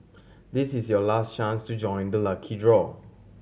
this is your last chance to join the lucky draw